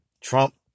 Trump